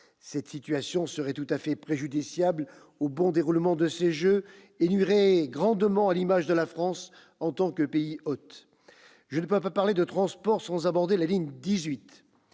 Cette situation serait tout à fait préjudiciable au bon déroulement de ces jeux et nuirait grandement à l'image de la France en tant que pays hôte. Je ne puis parler des transports sans aborder la ligne 18.